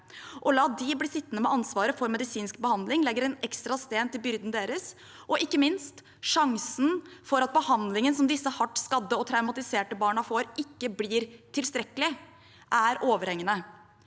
Å la dem bli sittende med ansvaret for medisinsk behandling legger en ekstra sten til byrden deres, og ikke minst: Sjansen for at behandlingen som disse hardt skadde og traumatiserte barna får, ikke blir tilstrekkelig, er overhengende.